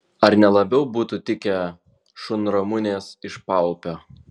ar ne labiau būtų tikę šunramunės iš paupio